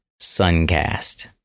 suncast